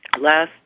last